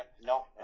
no